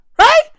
right